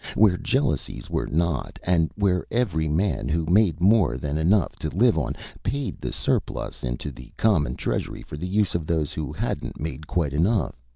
where jealousies were not, and where every man who made more than enough to live on paid the surplus into the common treasury for the use of those who hadn't made quite enough.